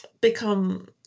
become